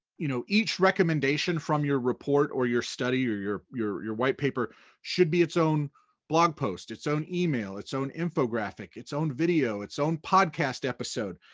you know each recommendation from your report or your study or your your white paper should be its own blog post, its own email, its own infographic, its own video, its own podcast episode.